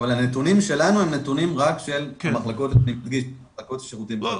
אבל הנתונים שלנו הם נתונים רק של המחלקות לשירותים חברתיים.